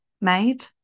made